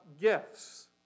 gifts